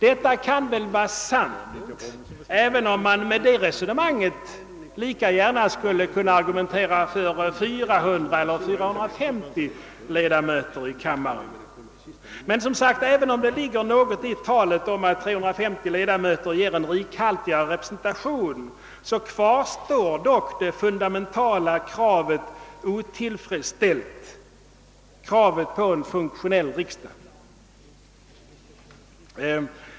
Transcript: Detta kan vara sant, även om man med det resonemanget lika gärna skulle kunna argumentera för 400 eller 4530 1e damöter i kammaren. Även om det ligger något i talet om att 350 ledamöter ger en rikhaltigare representation, kvarstår dock det fundamentala kravet otillfredsställt, kravet på en funktionell riksdag.